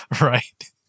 Right